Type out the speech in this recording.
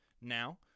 Now